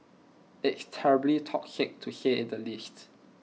it's terribly toxic to say at the least